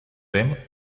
them